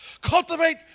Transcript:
Cultivate